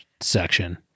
section